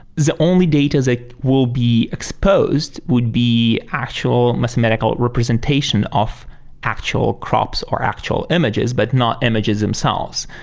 the only data that will be exposed would be actual mathematical representation of actual crops or actual images, but not images themselves.